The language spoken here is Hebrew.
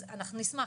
אז אנחנו נשמח,